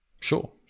Sure